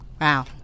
Wow